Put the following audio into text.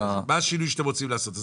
מהו השינוי שאתם רוצים לעשות?